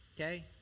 Okay